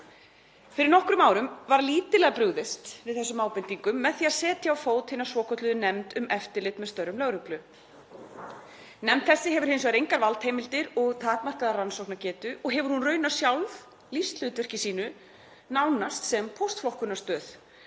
Fyrir nokkrum árum var lítillega brugðist við þessum ábendingum með því að setja á fót hina svokölluðu nefnd um eftirlit með störfum lögreglu. Nefnd þessi hefur hins vegar engar valdheimildir og takmarkaða rannsóknargetu og hefur hún raunar sjálf lýst hlutverki sínu nánast sem póstflokkunarstöð